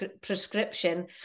prescription